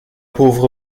pauvre